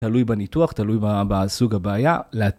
תלוי בניתוח, תלוי בסוג הבעיה.